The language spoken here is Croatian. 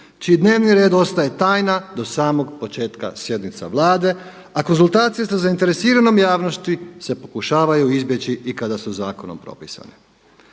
čiji dnevni red ostaje tajna do samog početka sjednica Vlade, a konzultacije sa zainteresiranom javnosti se pokušavaju izbjeći i kada su zakonom propisane.